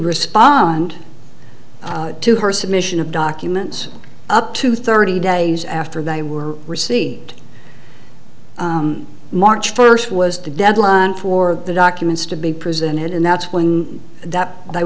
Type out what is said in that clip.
respond to her submission of documents up to thirty days after they were received march first was to deadline for the documents to be presented and that's when that they